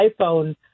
iPhone